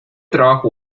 trabajo